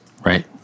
Right